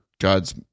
God's